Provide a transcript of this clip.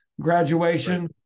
Graduation